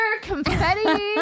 confetti